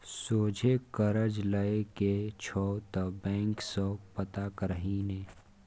सोझे करज लए के छौ त बैंक सँ पता करही ने